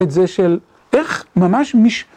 את זה של, איך, ממש, מישהו...?